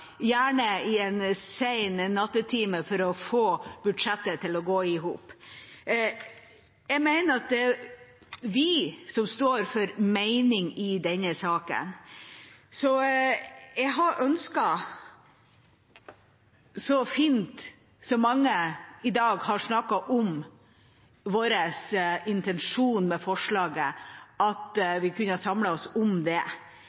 gjerne i en sen nattetime, for å få budsjettet til å gå i hop. Jeg mener at det er vi som står for mening i denne saken. Jeg hadde ønsket, så fint som mange i dag har snakket om vår intensjon med forslaget, at vi kunne samlet oss om det.